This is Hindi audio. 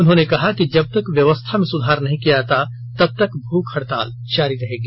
उन्होंने कहा कि जबतक व्यवस्था में सुधार नहीं किया जाता तब तक की भूख हड़ताल जारी रहेगा